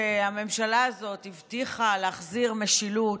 הממשלה הזאת הבטיחה להחזיר משילות.